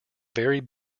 very